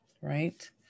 right